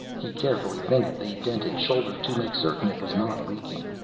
he carefully fingered the dented shoulder to make certain it was not leaking.